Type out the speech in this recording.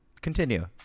Continue